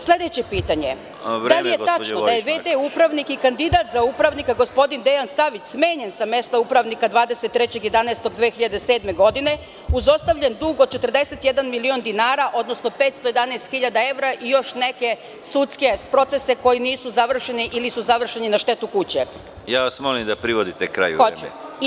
Sledeće pitanje, da li je tačno da je v.d. upravnik i kandidat za upravnika gospodin Dejan Savić smenjen sa mesta upravnika 23.11.2007. godine uz ostavljen dug od 41 milion dinara, odnosno 511 hiljada evra i još neke sudske procese koji nisu završeni ili koji su završeni na štetu kuće? (Predsedavajući: Molim vas da završite.) Hoću.